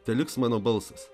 teliks mano balsas